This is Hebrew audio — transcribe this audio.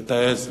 ותעז.